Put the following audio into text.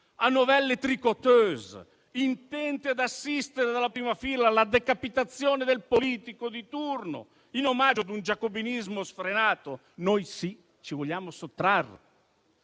a novelle *tricoteuse* intente ad assistere dalla prima fila alla decapitazione del politico di turno, in omaggio a un giacobinismo sfrenato. Noi sì, ci vogliamo sottrarre.